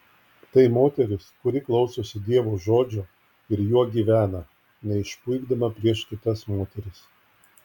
tai moteris kuri klausosi dievo žodžio ir juo gyvena neišpuikdama prieš kitas moteris